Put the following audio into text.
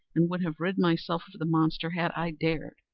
and would have rid myself of the monster had i dared